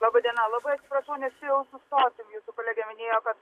laba diena labai atsiprašau nespėjau sustoti jūsų kolegė minėjo kad